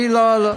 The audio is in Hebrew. אני לא,